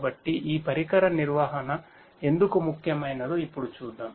కాబట్టి ఈ పరికర నిర్వహణ ఎందుకు ముఖ్యమైనదో ఇప్పుడు చూద్దాం